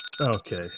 Okay